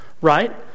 Right